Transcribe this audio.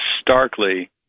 starkly